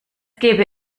gäbe